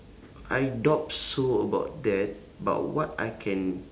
I doubt so about that but what I can